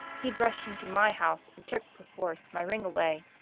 he rush'd into my house and took perforce my ring away.